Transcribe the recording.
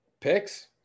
Picks